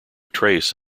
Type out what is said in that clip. trace